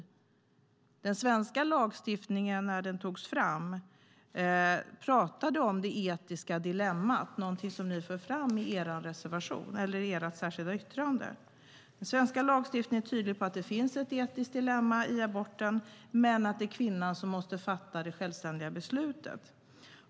När den svenska lagstiftningen togs fram talade man om det etiska dilemmat, något som ni för fram i ert särskilda yttrande. Den svenska lagstiftningen är tydlig om att det finns ett etiskt dilemma i aborten men att det är kvinnan som måste fatta det självständiga beslutet.